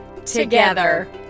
together